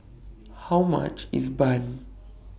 How much IS Bun